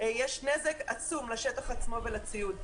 יש נזק עצום לשטח עצמו ולציוד.